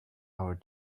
our